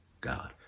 God